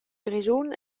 grischun